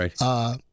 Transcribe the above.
right